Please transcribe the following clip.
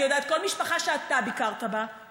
אני מכירה כל משפחה שאתה ביקרת בה,